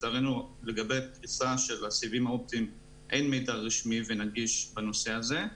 לצערנו לגבי פריסה של הסיבים האופטיים אין מידע רשמי ונגיש בנושא הזה.